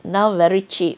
now very cheap